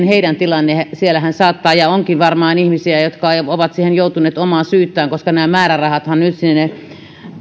heidän tilanteensa siellähän saattaa olla ja onkin varmaan ihmisiä jotka ovat siihen joutuneet ilman omaa syytään koska nämä määrärahathan